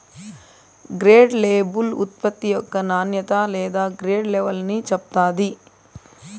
grade label ఉత్పత్తి యొక్క నాణ్యత లేదా గ్రేడ్ లెవల్ని చెప్తాది